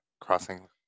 crossing